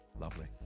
lovely